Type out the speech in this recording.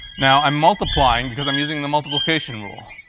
now i'm multiplying because i'm using the multiplication rule,